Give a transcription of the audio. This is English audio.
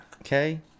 Okay